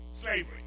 slavery